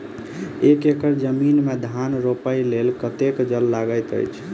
एक एकड़ जमीन मे धान रोपय लेल कतेक जल लागति अछि?